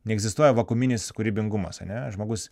neegzistuoja vakuuminis kūrybingumas ane žmogus